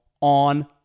on